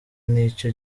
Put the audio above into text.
n’icyo